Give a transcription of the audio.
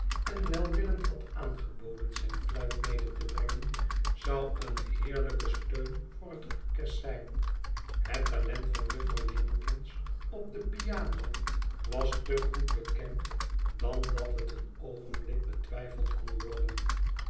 en welwillend had aangeboden zijn fluit mede te brengen zou een heerlijke steun voor het orkest zijn het talent van juffrouw jenkins op de piano was te goed bekend dan dat het een oogenblik betwijfeld kon worden